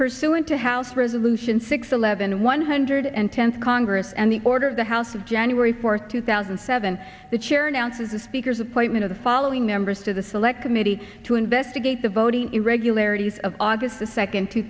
pursuant to house resolution six eleven one hundred and tense congress and the order of the house of january fourth two thousand and seven the chair announces the speaker's appointment of the following members to the select committee to investigate the voting irregularities of august the second two